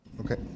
Okay